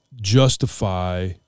justify